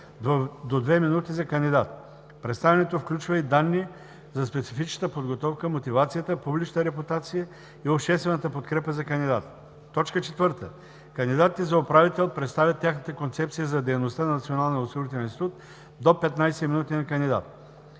до две минути на кандидат. Представянето включва и данни за специфичната подготовка, мотивацията, публичната репутация и обществената подкрепа за кандидата. 4. Кандидатите за управител представят тяхната концепция за дейността на Националния осигурителен институт – до 15 минути на кандидат.